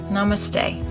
Namaste